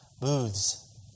Booths